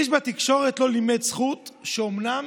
איש בתקשורת לא לימד זכות שאומנם